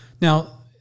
Now